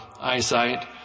eyesight